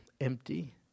empty